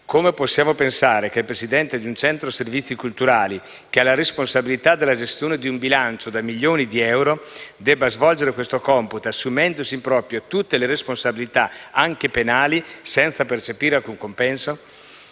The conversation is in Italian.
Come possiamo pensare che il presidente di un centro servizi culturali, che ha la responsabilità della gestione di un bilancio da milioni di euro, debba svolgere questo compito assumendosi in proprio tutte le responsabilità, anche penali, senza percepire alcun compenso?